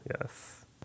yes